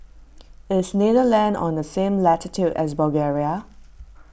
is Netherlands on the same latitude as Bulgaria